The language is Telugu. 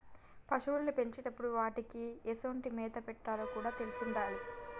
పశువుల్ని పెంచేటప్పుడు వాటికీ ఎసొంటి మేత పెట్టాలో కూడా తెలిసుండాలి